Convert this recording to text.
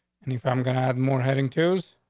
and if i'm gonna have more heading twos,